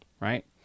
right